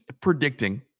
predicting